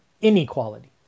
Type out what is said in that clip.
inequality